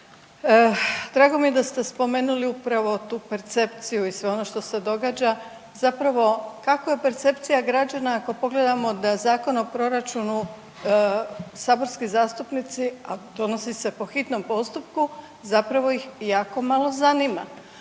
drago mi je da ste spomenuli upravo tu percepciju i sve ono što se događa, zapravo kakva je percepcija građana ako pogledamo da Zakon o proračunu saborski zastupnici, a donosi se po hitnom postupku, zapravo ih jako malo zanima